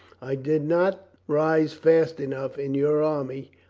i did not rise fast enough in your army.